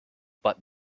but